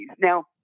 Now